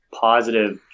positive